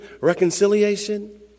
reconciliation